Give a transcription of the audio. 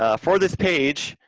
ah for this page,